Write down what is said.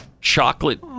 Chocolate